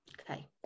Okay